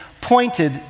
pointed